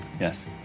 Yes